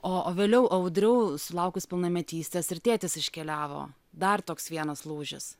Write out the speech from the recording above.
o o vėliau audriau sulaukus pilnametystės ir tėtis iškeliavo dar toks vienas lūžis